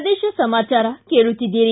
ಪ್ರದೇಶ ಸಮಾಚಾರ ಕೇಳುತ್ತಿದ್ದೀರಿ